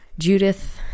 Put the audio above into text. Judith